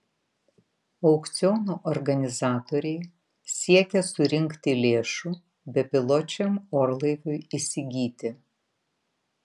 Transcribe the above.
aukciono organizatoriai siekia surinkti lėšų bepiločiam orlaiviui įsigyti